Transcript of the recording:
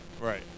right